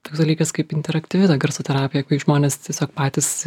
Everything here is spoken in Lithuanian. toks dalykas kaip interaktyvi ta garso terapija kai žmonės tiesiog patys